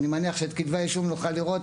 אני מניח שאת כתבי האישום נוכל לראות